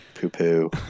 poo-poo